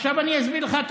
עכשיו אני אסביר לך.